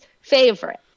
favorite